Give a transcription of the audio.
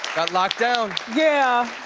got locked down. yeah.